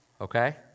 okay